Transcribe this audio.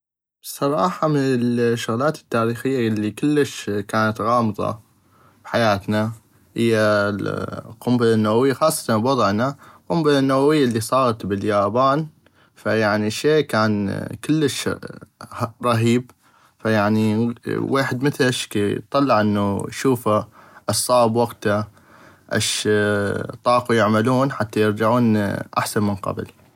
بصراحة يعني من الشغلات التارخية الي كلش كانت غامضة بحياتنا هيا القنبلة النووية خاصة بوضعنا والقنبلة النووية الط صاغت بل اليابان يعني شي كان كلش رهيب فيعني ويحد مثل هشكل يعني اطلع انو اشوفا اش صاغ بوقتا اش طاقو يعملون حتى يرجعون احسن من قبل.